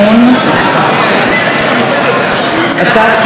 הצעת סיעת המחנה הציוני.